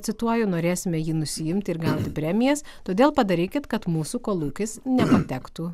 cituoju norėsime jį nusiimti ir gauti premijas todėl padarykit kad mūsų kolūkis nepatektų